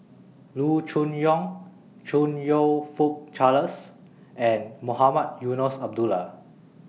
Loo Choon Yong Chong YOU Fook Charles and Mohamed Eunos Abdullah